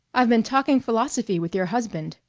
i've been talking philosophy with your husband,